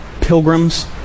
Pilgrim's